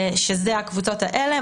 שזה הקבוצות האלה,